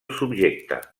subjecte